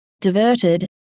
diverted